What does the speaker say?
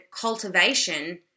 cultivation